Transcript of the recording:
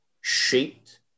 shaped